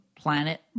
planet